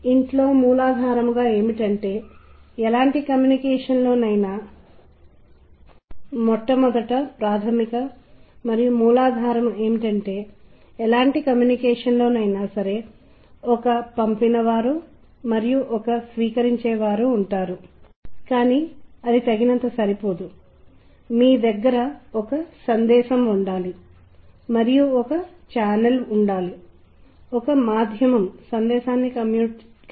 సంస్కృతి అనేది సంగీత అవగాహనకు సంబంధించినది ఇది సంస్కృతికి సంబంధించినది ఇది భావోద్వేగాలకు సంబంధించినది నేను మీకు కొంచెం ముందుగా చెప్పినట్లు ఎందుకంటే ఇవి సానుకూల మరియు ప్రతికూల భావోద్వేగాలను ప్రత్యేకంగా విశిధము చేయగలవు మరియు ఇవి స్పష్టంగా నిర్దిష్ట సందర్భాలు కలిగి ఉన్నాయి